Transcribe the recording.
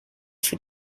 für